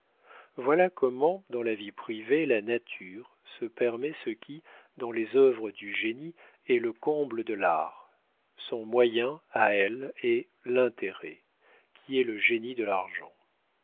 voilà comment dans la vie privée la nature se permet ce qui dans les œuvres du génie est le comble de l'art son moyen à elle est l'intérêt qui est le génie de l'argent